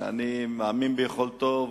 ואני מאמין ביכולתו,